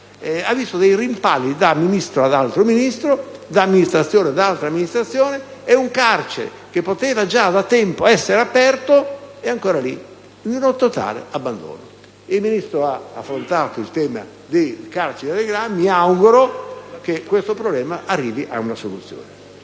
ha visto rimpalli da Ministro ad altro Ministro, da amministrazione ad altra amministrazione; un carcere che poteva già da tempo essere aperto ed è invece ancora lì in totale abbandono. Il Ministro ha affrontato il tema del carcere di Arghillà: e mi auguro che questo problema arrivi ad una soluzione.